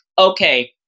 okay